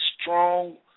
strong